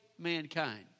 mankind